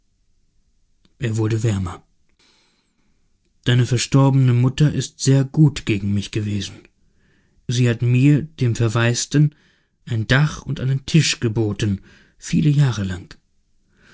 er wurde wärmer deine verstorbene mutter ist sehr gut gegen mich gewesen sie hat mir dem verwaisten ein dach und einen tisch geboten viele jahre lang